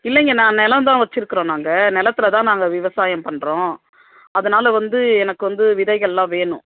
இல்லைங்க நான் நிலம் தான் வச்சுருக்குறோம் நாங்கள் நிலத்தில் தான் நாங்கள் விவசாயம் பண்ணுறோம் அதுனால் வந்து எனக்கு வந்து விதைகள்லாம் வேணும்